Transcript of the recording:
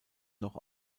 noch